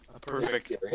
Perfect